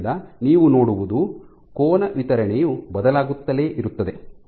ಆದ್ದರಿಂದ ನೀವು ನೋಡುವುದು ಕೋನ ವಿತರಣೆಯು ಬದಲಾಗುತ್ತಲೇ ಇರುತ್ತದೆ